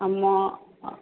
অঁ মই অঁ